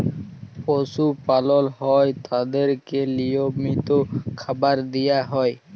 পশু পালল হ্যয় তাদেরকে লিয়মিত খাবার দিয়া হ্যয়